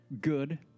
good